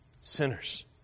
Sinners